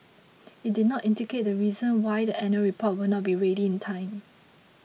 it did not indicate the reason why the annual report will not be ready in time